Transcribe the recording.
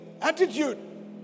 attitude